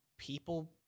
People